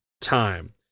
time